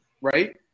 right